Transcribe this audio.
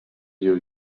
you